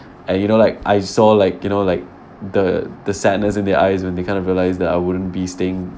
and you know like I saw like you know like the the sadness in their eyes when they kind of realised that I wouldn't be staying